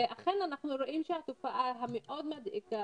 אכן אנחנו רואים שהתופעה המאוד מדאיגה